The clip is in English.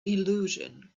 illusion